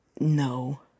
No